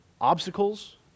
obstacles